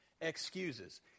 Excuses